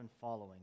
following